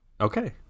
okay